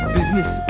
Business